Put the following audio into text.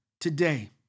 today